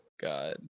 God